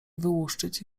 wyłuszczyć